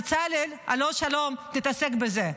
בצלאל, הלו, שלום, תתעסק בזה.